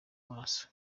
maso